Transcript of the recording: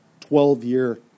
12-year